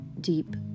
deep